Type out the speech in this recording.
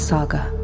Saga